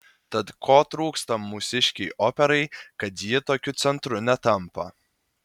tad ko trūksta mūsiškei operai kad ji tokiu centru netampa